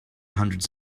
hundreds